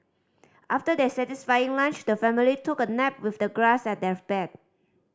after their satisfying lunch the family took a nap with the grass as their bed